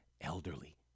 elderly